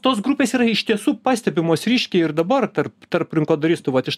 tos grupės yra iš tiesų pastebimos ryškiai ir dabar tarp tarp rinkodaristų vat iš